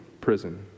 prison